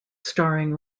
starring